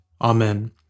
Amen